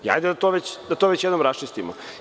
Hajde da to već jednom raščistimo.